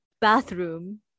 bathroom